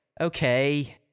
okay